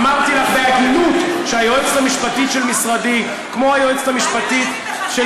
אמרתי לך בהגינות שהיועצת המשפטית של משרדי והיועצת המשפטית של